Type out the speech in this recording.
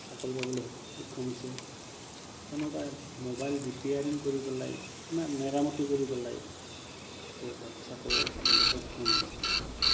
চাকৰি পাবলৈ সক্ষম হৈছে কোনোবাই মোবাইল ৰিপেয়াৰিং কৰি পেলাই ইমান মেৰামতি কৰি পেলাই তেওঁ তাত চাকৰি পাবলৈ সক্ষম হৈছে